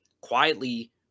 quietly